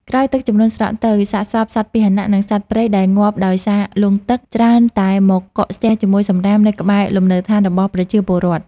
ក្រោយទឹកជំនន់ស្រកទៅ សាកសពសត្វពាហនៈ និងសត្វព្រៃដែលងាប់ដោយសារលង់ទឹក ច្រើនតែមកកកស្ទះជាមួយសម្រាមនៅក្បែរលំនៅឋានរបស់ប្រជាពលរដ្ឋ។